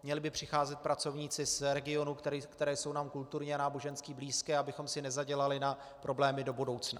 Měli by přicházet pracovníci z regionů, které jsou nám kulturně a nábožensky blízké, abychom si nezadělali na problémy do budoucna.